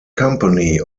company